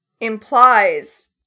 implies